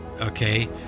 okay